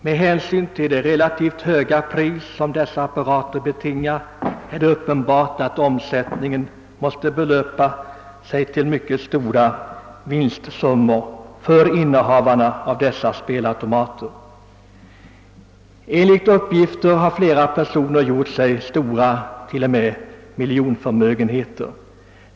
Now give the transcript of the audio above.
Med hänsyn till det relativt höga pris som dessa apparater betingar är det uppenbart att spelomsättningen måste inbringa mycket stora vinstsummor för innehavarna av dem. Enligt uppgift har flera personer gjort sig stora förmögenheter.